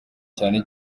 cyane